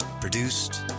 Produced